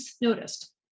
noticed